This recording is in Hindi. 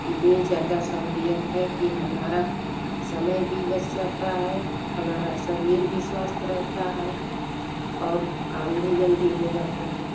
इतनी ज़्यादा सहूलियत है कि हमारा समय भी बच जाता है हमारा शरीर भी स्वस्थ्य रहता है और काम भी जल्दी हो जाता है